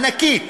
ענקית,